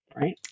right